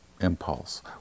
impulse